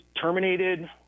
terminated